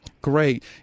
Great